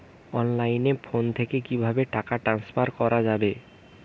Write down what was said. অনলাইনে ফোন থেকে কিভাবে টাকা ট্রান্সফার করা হয়?